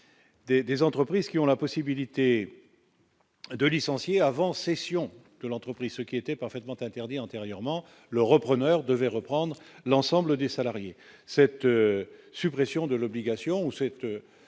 des entreprises qui ont la possibilité de licencier avant cession de l'entreprise, ce qui était parfaitement interdit antérieurement, le repreneur devait reprendre l'ensemble des salariés, cette suppression de l'obligation ou